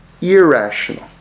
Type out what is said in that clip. irrational